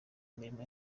imirimo